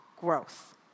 growth